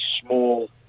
small